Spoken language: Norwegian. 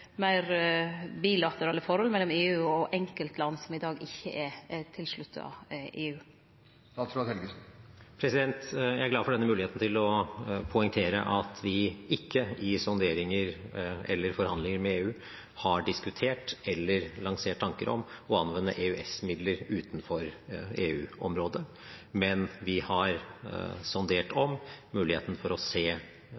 bilaterale forhold mellom EU og enkeltland som i dag ikkje er tilslutta EU? Jeg er glad for denne muligheten til å poengtere at vi ikke i sonderinger eller forhandlinger med EU har diskutert eller lansert tanker om å anvende EØS-midler utenfor EU-området, men vi har sondert